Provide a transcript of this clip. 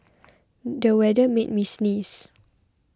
the weather made me sneeze